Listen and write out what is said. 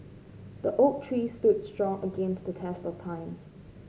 the oak tree stood strong against the test of time